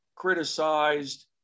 criticized